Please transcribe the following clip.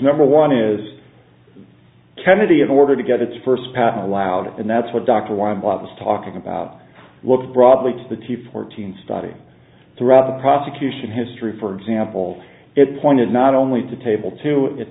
number one is kennedy in order to get its first patent allowed and that's what dr weil was talking about look broadly to the t fourteen study throughout the prosecution history for example it pointed not only to table two